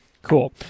Cool